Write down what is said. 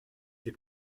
les